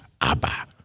Abba